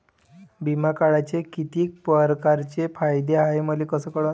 बिमा काढाचे कितीक परकारचे फायदे हाय मले कस कळन?